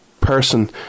person